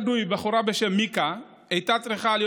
בחורה בשם מיקה, שם בדוי, הייתה צריכה להיות